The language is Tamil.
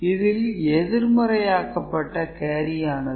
இதில் எதிர்மறையாக்கப்பட்ட கேரியானது